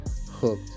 hooked